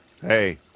Hey